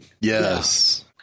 Yes